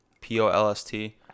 P-O-L-S-T